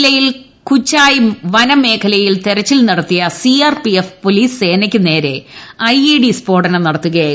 ജില്ലയില് കുച്ചായ് വനമേഖലയിൽ തെരച്ചിൽ നടത്തിയ C R P F police സേനയ്ക്ക് നേരെ ഐ ഇ ഡി സ്ഫോടനം നടത്തുകയായിരുന്നു